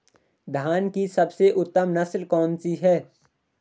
धान की सबसे उत्तम नस्ल कौन सी है?